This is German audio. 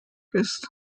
ist